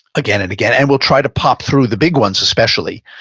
again and again. and we'll try to pop through the big ones especially,